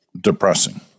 depressing